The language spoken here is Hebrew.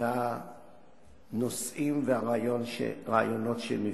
ועל הנושאים והרעיונות שהם הביאו.